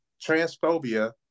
transphobia